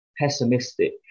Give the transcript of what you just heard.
pessimistic